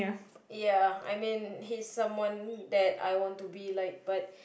ya I mean he's someone that I want to be like